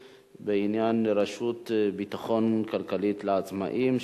בעניין: רשת ביטחון כלכלית לעצמאים.